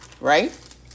right